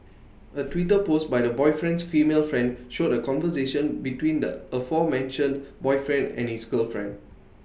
A Twitter post by the boyfriend's female friend showed A conversation between the aforementioned boyfriend and his girlfriend